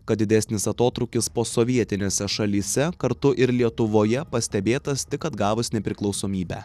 kad didesnis atotrūkis posovietinėse šalyse kartu ir lietuvoje pastebėtas tik atgavus nepriklausomybę